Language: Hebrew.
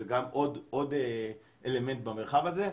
זה עוד אלמנט במרחב הזה.